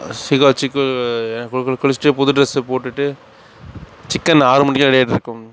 சீகைக்காய் வச்சு குளித்துட்டு புது டிரஸ் போட்டுகிட்டு சிக்கன் ஆறு மணிக்கே ரெடி ஆகிட்ருக்கும்